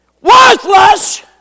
Worthless